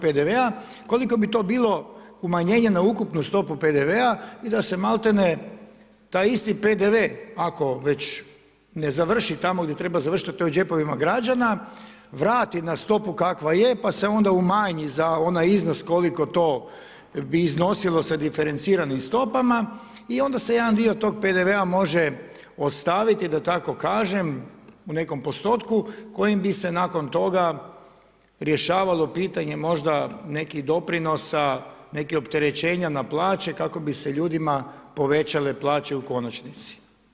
Koliko bi to bilo umanjenje na ukupnu stopu PDV-a i da se maltene taj isti PDV ako već ne završi tamo gdje treba završiti a to je u džepovima građana vrati na stopu kakva je pa se onda umanji za onaj iznos koliko to bi iznosilo sa diferenciranim stopama i onda se jedan dio tog PDV-a može ostaviti da tako kažem u nekom postotku kojim bi se nakon toga rješavalo pitanje možda nekih doprinosa, nekih opterećenja na plaće kako bi se ljudima povećale plaće u konačnici.